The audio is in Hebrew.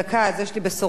אז יש לי בשורות איוב,